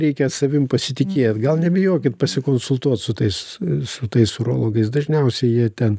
reikia savim pasitikėt gal nebijokit pasikonsultuot su tais su tais urologais dažniausiai jie ten